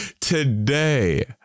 Today